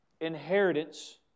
inheritance